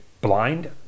blind